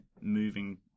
moving